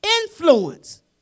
influence